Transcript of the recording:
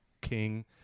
king